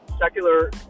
secular